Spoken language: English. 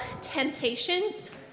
temptations